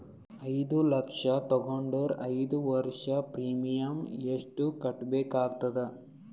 ಐದು ಲಕ್ಷ ತಗೊಂಡರ ಐದು ವರ್ಷದ ಪ್ರೀಮಿಯಂ ಎಷ್ಟು ಕಟ್ಟಬೇಕಾಗತದ?